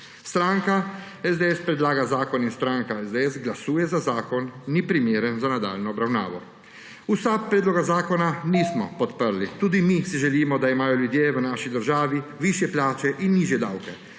Stranka SDS predlaga zakon in stranka SDS glasuje za zakon – ni primeren za nadaljnjo obravnavo. V SAB predloga zakona nismo podprli. Tudi mi si želimo, da imajo ljudje v naši državi višje plače in nižje davke,